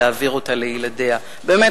ולהעביר אותה לילדיה בבוא היום.